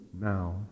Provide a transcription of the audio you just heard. now